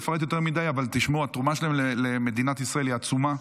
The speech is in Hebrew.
התרומה שלהם למדינת ישראל היא עצומה.